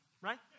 right